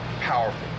powerful